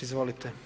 Izvolite.